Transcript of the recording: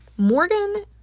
Morgan